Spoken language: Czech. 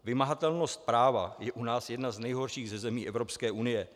Vymahatelnost práva je u nás jedna z nejhorších ze zemí Evropské unie.